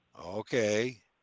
okay